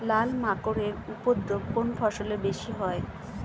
লাল মাকড় এর উপদ্রব কোন ফসলে বেশি হয়?